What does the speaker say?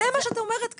זה מה שאת אומרת כאן.